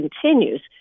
continues